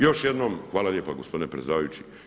Još jednom hvala lijepa gospodine predsjedavajući.